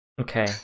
Okay